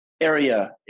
area